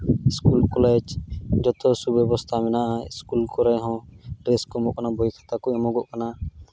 school college ᱡᱷᱚᱛᱚ ᱥᱩ ᱵᱮᱵᱚᱥᱛᱷᱟ ᱢᱮᱱᱟᱜᱼᱟ ᱥᱠᱩᱞ ᱠᱚᱨᱮ ᱦᱚᱸ ᱰᱨᱮᱥ ᱠᱚ ᱮᱢᱚᱜ ᱠᱟᱱᱟ ᱵᱚᱭ ᱠᱷᱟᱛᱟ ᱠᱚ ᱮᱢᱚᱜᱚᱜ ᱠᱟᱱᱟ